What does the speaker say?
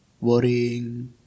worrying